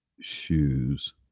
shoes